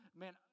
man